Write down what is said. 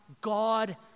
God